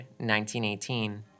1918